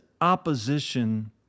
opposition